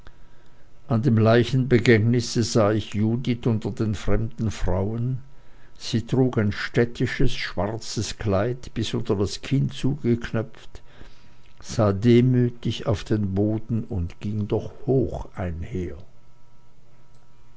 an dem leichenbegängnisse sah ich judith unter den fremden frauen sie trug ein städtisches schwarzes kleid bis unter das kinn zugeknöpft sah demütig auf den boden und ging doch hoch einher